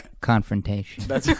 confrontation